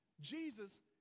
Jesus